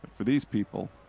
for these people,